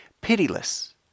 pitiless